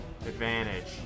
advantage